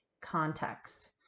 context